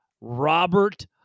Robert